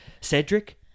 Cedric